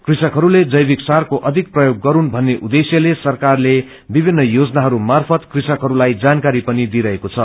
कृष्कहरूले जैविक सारको अधिक प्रयोग गरून् भन्ने उद्देश्यले सरकारले विभिन्न योजनाहरू मार्फत कृषकहरूलाई जानकारी पनि दिइरहेको छ